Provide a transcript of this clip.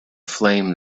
flame